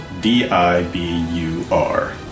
D-I-B-U-R